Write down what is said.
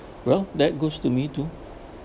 well that goes to me too